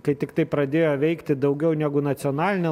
kai tiktai pradėjo veikti daugiau negu nacionalinė